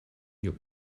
your